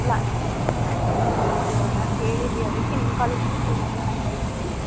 ಇಲ್ಲ ಆಂ ಹೌದು ನಾವು ಕೇಳಿದ್ವಿ ಅದಕ್ಕೆ ನಿಮ್ಮ ಕಾಲೇಜಿಗೇ ಸೇರಿಸ್ಬೇಕಂತ ಇದ್ದೀವಿ